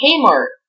Kmart